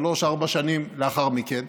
שלוש-ארבע שנים לאחר מכן.